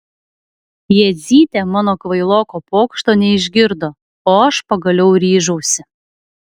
jadzytė mano kvailoko pokšto neišgirdo o aš pagaliau ryžausi